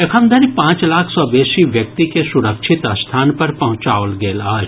एखन धरि पांच लाख सँ बेसी व्यक्ति के सुरक्षित स्थान पर पहुंचाओल गेल अछि